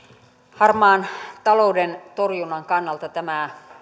harmaan talouden torjunnan kannalta tämä